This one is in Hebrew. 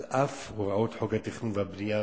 על אף הוראות חוק התכנון והבנייה,